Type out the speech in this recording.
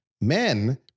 Men